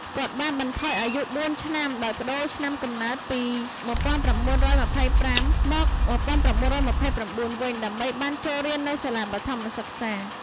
គាត់ បានបន្ថយអាយុបួនឆ្នាំ ដោយប្តូរឆ្នាំកំណើតពី១៩២៥ មក ១៩២៩វិញ ដើម្បីបានចូលរៀននៅសាលាបឋមសិក្សា។